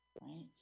right